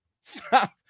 Stop